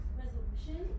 resolution